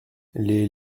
les